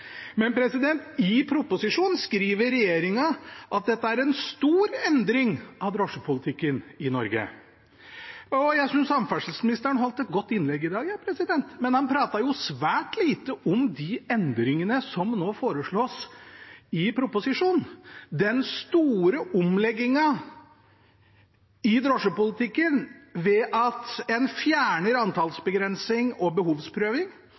men i proposisjonen skriver regjeringen at dette er en stor endring i drosjepolitikken i Norge. Jeg synes samferdselsministeren holdt et godt innlegg i dag, men han pratet svært lite om de endringene som foreslås i proposisjonen, den store omleggingen i drosjepolitikken ved at en fjerner antallsbegrensning og behovsprøving.